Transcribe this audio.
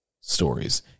stories